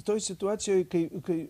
toj situacijoj kai kai